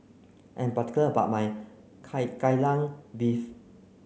I'm particular about my Kai Gai Lan beef